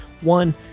one